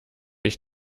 ich